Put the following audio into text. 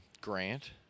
Grant